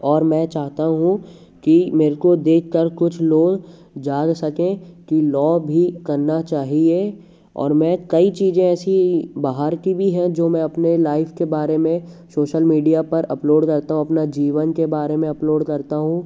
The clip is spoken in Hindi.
और मैं चाहता हूँ कि मेरे को देख कर कुछ लोग जान सकें कि लॉ भी करना चाहिए और मैं कई चीज़ें ऐसी बाहर की भी हैं जो मैं अपने लाइफ़ के बारे में शोशल मीडिया पर अपलोड करता हूँ अपना जीवन के बारे में अपलोड करता हूँ